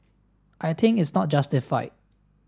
I think is not justified